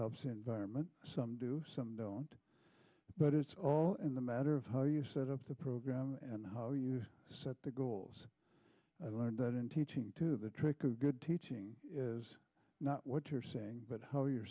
helps environment some do some don't but it's all in the matter of how you set up the program and how you set the goals i learned that in teaching to the trick of good teaching is not what you're saying but how